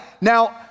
Now